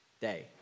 day